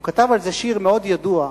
הוא כתב על זה שיר מאוד ידוע,